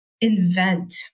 invent